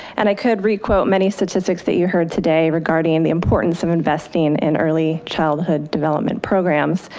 and i could requote, many statistics that you heard today regarding the importance of investing in early childhood development programs.